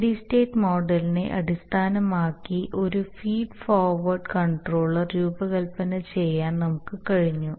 steady state മോഡലിനെ അടിസ്ഥാനമാക്കി ഒരു ഫീഡ് ഫോർവേർഡ് കൺട്രോളർ രൂപകൽപ്പന ചെയ്യാൻ നമുക്ക് കഴിഞ്ഞു